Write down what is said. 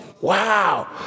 Wow